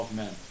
men